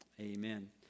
Amen